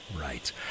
right